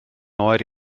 oer